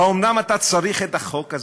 האומנם אתה צריך את החוק הזה?